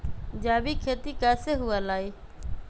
जैविक खेती कैसे हुआ लाई?